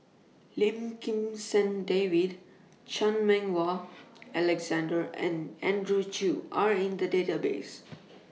Lim Kim San David Chan Meng Wah Alexander and Andrew Chew Are in The Database